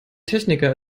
techniker